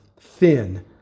thin